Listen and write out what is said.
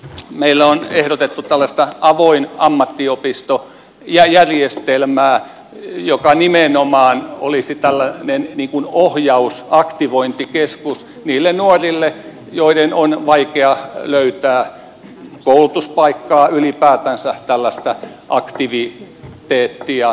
meillä on ehdotettu tällaista avoin ammattiopisto järjestelmää joka nimenomaan olisi tällainen ohjaus ja aktivointikeskus niille nuorille joiden on vaikea löytää koulutuspaikkaa ylipäätänsä tällaista aktiviteettia